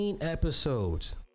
episodes